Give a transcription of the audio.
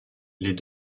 les